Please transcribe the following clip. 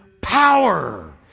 power